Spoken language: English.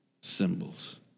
symbols